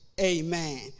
Amen